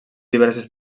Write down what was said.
diverses